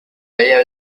bahía